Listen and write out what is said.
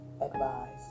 advised